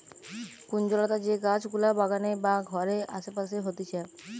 কুঞ্জলতা যে গাছ গুলা বাগানে বা ঘরের আসে পাশে হতিছে